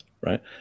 right